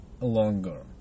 longer